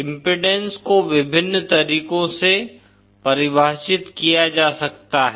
impedance को विभिन्न तरीकों से परिभाषित किया जा सकता है